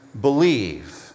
believe